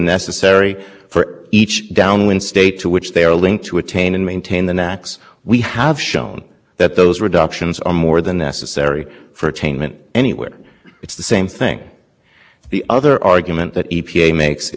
theory in which if it least one or perhaps a few states need to be controlled the five hundred dollars a ton then all states can be controlled that way because uniformity nationwide is allowed to trump but that theory really is at war with the